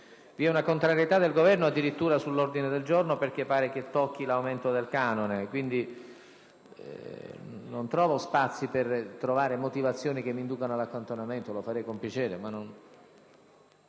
Vi è una contrarietà del Governo addirittura sull'ordine del giorno, perché pare che tocchi l'aumento del canone, per cui non ci sono spazi per trovare motivazioni che possano indurmi all'accantonamento. Lo farei con piacere.